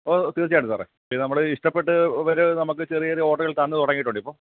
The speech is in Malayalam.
ഓ തീർച്ചയായിട്ടും സാറേ പിന്നെ നമ്മളെ ഇഷ്ടപ്പെട്ട് വര് നമുക്ക് ചെറിയ ചെറിയ ഓർഡറുകൾ തന്നു തുടങ്ങിയിട്ടുണ്ട് ഇപ്പോൾ